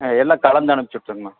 ஆ எல்லாம் கலந்து அனுப்ச்சுட்ருங்கம்மா